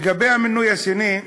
לגבי המינוי השני,